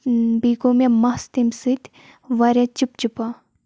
بیٚیہِ گوٚو مےٚ مَس تَمہِ سۭتۍ واریاہ چِپ چِپا